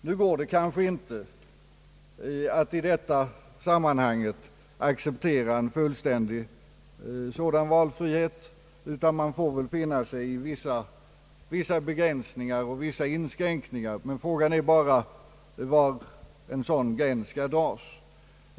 Nu går det kanske inte att i detta sammanhang acceptera en fullständig sådan valfrihet, utan vi får väl finna oss i vissa begränsningar och vissa inskränkningar. Men frågan är bara var en sådan gräns skall dras.